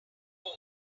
more